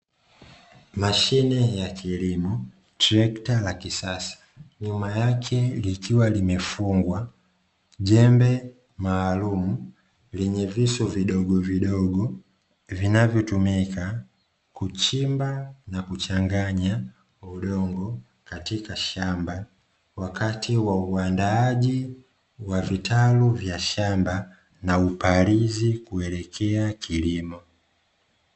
Mashine ya kilimo, trekta la kisasa, nyuma yake likiwa limefungwa jembe maalumu, lenye visu vidogovidogo, vinavyotumika kuchimba na kuchanganya udongo, katika shamba wakati wa uandaaji, wa vitalu vya shamba na upalizi kuelekea kilimo.